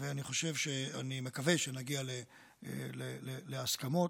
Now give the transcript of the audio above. ואני מקווה שנגיע להסכמות.